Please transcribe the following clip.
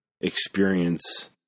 experience